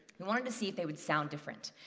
we wanted to see if they would sound different.